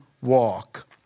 Walk